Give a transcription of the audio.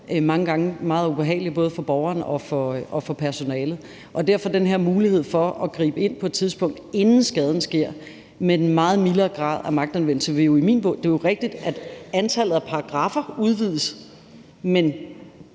mange gange meget ubehagelige, både for borgeren og for personalet. Derfor den her mulighed for at gribe ind på et tidspunkt, inden skaden sker, med en meget mildere grad af magtanvendelse. Det er jo rigtigt, at antallet af paragraffer udvides, men